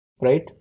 right